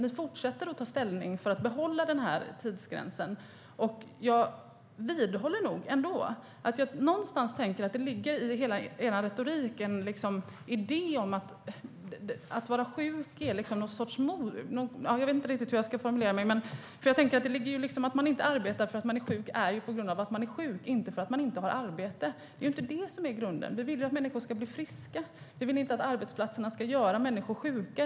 Ni fortsätter ju att ta ställning för att behålla tidsgränsen, Solveig Zander. Jag vidhåller ändå att om man inte arbetar beror det på att man är sjuk, inte på att man inte har arbete. Det är inte det som är grunden. Vi vill att människor ska bli friska. Vi vill inte att arbetsplatserna ska göra människor sjuka.